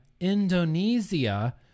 Indonesia